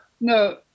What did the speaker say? no